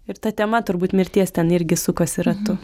ir ta tema turbūt mirties ten irgi sukosi ratu